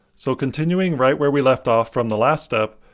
so continuing right where we left off from the last step,